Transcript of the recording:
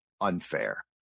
unfair